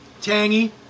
tangy